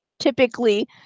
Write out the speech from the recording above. Typically